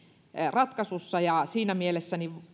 ratkaisussa siinä mielessä